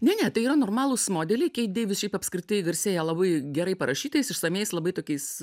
ne ne tai yra normalūs modeliai keit deivis šiaip apskritai garsėja labai gerai parašytais išsamiais labai tokiais